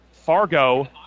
Fargo